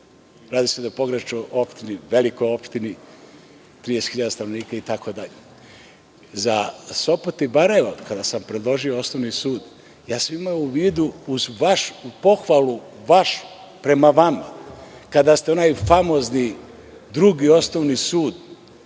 Radi se o pograničnoj opštini, velikoj opštini, 30.000 stanovnika itd. Za Sopot i Barajevo, kada sam predložio osnovni sud, imao sam u vidu uz vašu pohvalu, baš prema vama, kada ste onaj famozni Drugi osnovni sud